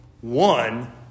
one